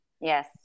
Yes